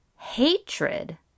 hatred